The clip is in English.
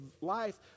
life